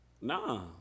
Nah